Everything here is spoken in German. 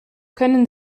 können